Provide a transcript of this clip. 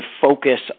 focus